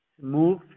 move